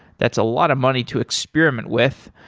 that's a lot of money to experiment with.